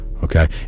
okay